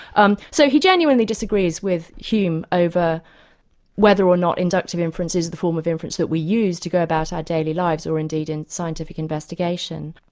um so he genuinely disagrees with hume over whether or not inducted inference is the form of inference that we use to go about our daily lives, or indeed in scientific investigation.